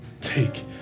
Take